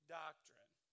doctrine